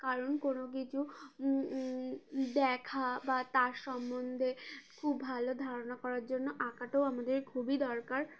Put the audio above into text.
কারণ কোনো কিছু দেখা বা তার সম্বন্ধে খুব ভালো ধারণা করার জন্য আঁকাটাও আমাদের খুবই দরকার